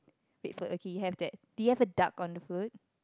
red float okay you have that do you have a duck on the float